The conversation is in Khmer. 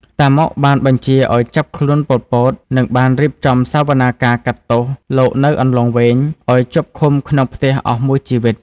តាម៉ុក បានបញ្ជាឱ្យចាប់ខ្លួនប៉ុល ពត និងបានរៀបចំសវនាការកាត់ទោសលោកនៅអន្លង់វែងឱ្យជាប់ឃុំក្នុងផ្ទះអស់មួយជីវិត។